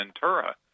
Ventura